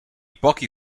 pochi